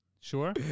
Sure